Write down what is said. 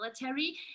military